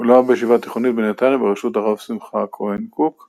בנם של מרים איטה, צאצאית רבי עקיבא איגר דרך